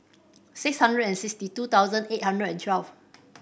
six hundred and sixty two thousand eight hundred and twelve